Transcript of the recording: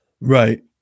Right